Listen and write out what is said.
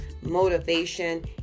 motivation